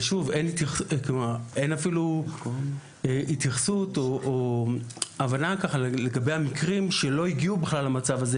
אבל אין אפילו התייחסות או הבנה גם לגבי מקרים שלא הגיעו למצב הזה,